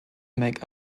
make